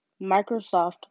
Microsoft